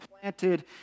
planted